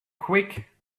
quick